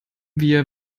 wir